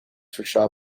shopping